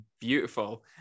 beautiful